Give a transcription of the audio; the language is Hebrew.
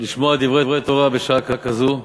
לשמוע דברי תורה בשעה כזאת.